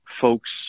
folks